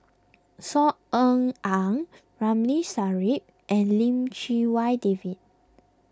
Saw Ean Ang Ramli Sarip and Lim Chee Wai David